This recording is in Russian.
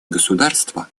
государства